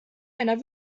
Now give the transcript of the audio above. einer